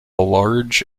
large